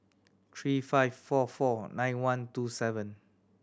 three five four four nine one two seven